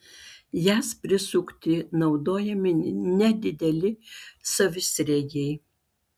jas prisukti naudojami nedideli savisriegiai